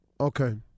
Okay